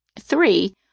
Three